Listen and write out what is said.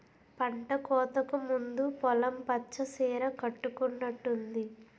పంటకోతకు ముందు పొలం పచ్చ సీర కట్టుకునట్టుంది